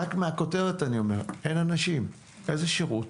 רק מהכותרת אני אומר אין אנשים, איזה שירות?